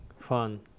fun